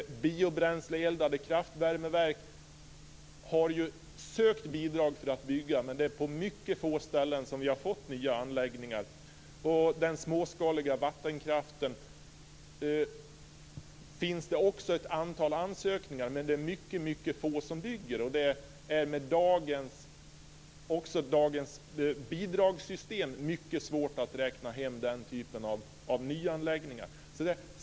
Biobränsleeldade kraftvärmeverk har man sökt bidrag för att bygga, men det är på mycket få ställen som vi har fått nya anläggningar. Småskalig vattenkraft finns det också ett antal ansökningar om, men det är mycket få som bygger. Det är också mycket svårt med dagens bidragssystem att räkna hem den typen av nyanläggningar.